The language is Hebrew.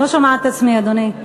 אני לא שומעת את עצמי, אדוני.